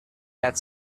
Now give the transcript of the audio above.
had